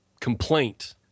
complaint